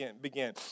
begin